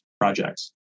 projects